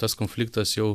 tas konfliktas jau